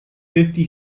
fifty